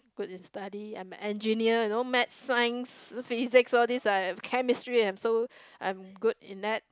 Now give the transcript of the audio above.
good in study I am engineer you know maths science physics all these I am chemistry I am so I am good in that